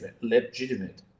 legitimate